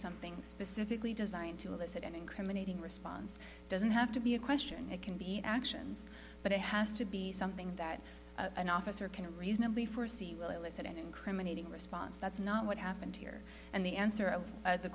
something specifically designed to elicit an incriminating response doesn't have to be a question it can be actions but it has to be something that an officer can reasonably first see will elicit an incriminating response that's not what happened here and the answer